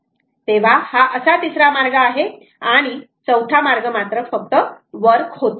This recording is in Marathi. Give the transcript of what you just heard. तेव्हा हा असा तिसरा मार्ग आहे आणि चौथा मार्ग हा फक्त वर्क होतो